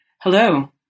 Hello